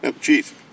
Chief